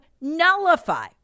nullify